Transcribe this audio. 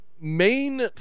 Main